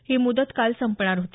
ही मुदत काल संपणार होती